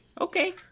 Okay